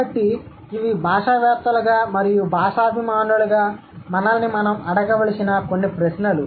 కాబట్టి ఇవి భాషావేత్తలుగా మరియు భాషాభిమానులుగా మనల్ని మనం అడగవలసిన కొన్ని ప్రశ్నలు